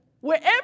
wherever